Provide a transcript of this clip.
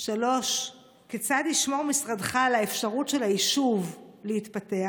3. כיצד ישמור משרדך על האפשרות של היישוב להתפתח?